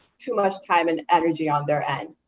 too much time and energy on their end.